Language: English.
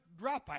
dropout